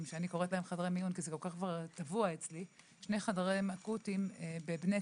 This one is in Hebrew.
על סדר היום דיון מהיר בנושא מחסור